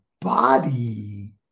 body